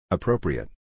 Appropriate